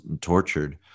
tortured